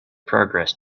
progress